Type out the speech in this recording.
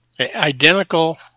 identical